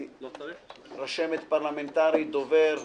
רשמת פרלמנטרית, דובר,